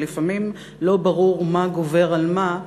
ולפעמים לא ברור מה גובר על מה,